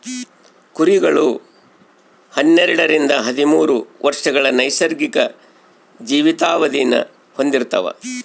ಕುರಿಗಳು ಹನ್ನೆರಡರಿಂದ ಹದಿಮೂರು ವರ್ಷಗಳ ನೈಸರ್ಗಿಕ ಜೀವಿತಾವಧಿನ ಹೊಂದಿರ್ತವ